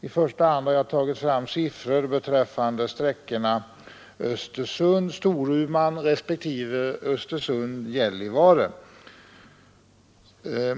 I första hand har jag tagit fram siffror beträffande sträckorna Östersund—Storuman respektive Östersund Gällivare.